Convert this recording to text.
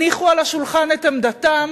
הניחו על השולחן את עמדתם,